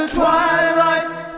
twilight's